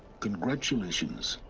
congratulations.